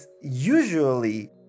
usually